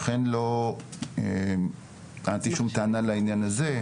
לכן לא טענתי שום טענה לעניין הזה.